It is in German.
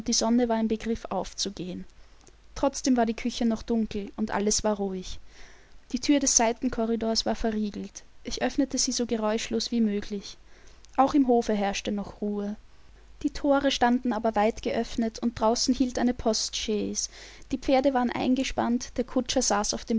die sonne war im begriff aufzugehen trotzdem war die küche noch dunkel und alles war ruhig die thür des seitenkorridors war verriegelt ich öffnete sie so geräuschlos wie möglich auch im hofe herrschte noch ruhe die thore standen aber weit geöffnet und draußen hielt eine postchaise die pferde waren eingespannt der kutscher saß auf